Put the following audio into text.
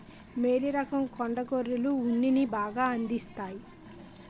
మేలు రకం కొండ గొర్రెలు ఉన్నిని బాగా అందిస్తాయి